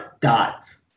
Dots